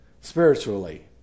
spiritually